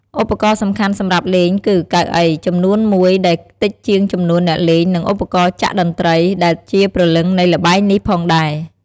ឧបករណ៍សំខាន់សម្រាប់លេងគឺ កៅអី ចំនួនមួយដែលតិចជាងចំនួនអ្នកលេង និង ឧបករណ៍ចាក់តន្ត្រី ដែលជាព្រលឹងនៃល្បែងនេះផងដែរ។